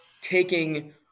taking